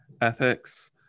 ethics